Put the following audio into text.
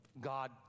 God